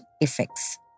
effects